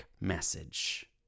message